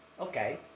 Okay